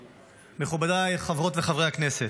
מכובדיי, חברות וחברי הכנסת,